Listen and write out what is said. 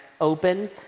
open